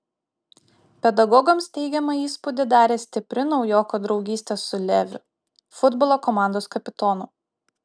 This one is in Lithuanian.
pedagogams teigiamą įspūdį darė stipri naujoko draugystė su leviu futbolo komandos kapitonu